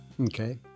Okay